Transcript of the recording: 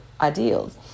ideals